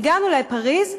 הגענו לפריז,